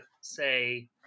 say